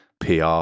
pr